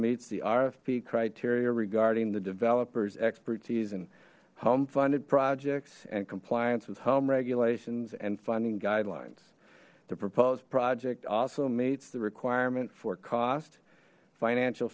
meets the rfp criteria regarding the developers expertise in home funded projects and compliance with home regulations and funding guidelines the proposed project also meets the requirement for cost financial